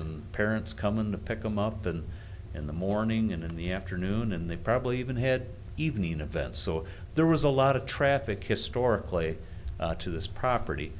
and parents come and pick them up than in the morning and in the afternoon and they probably even had evening events so there was a lot of traffic historically to this property